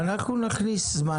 אנחנו נכניס זמן